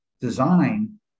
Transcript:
design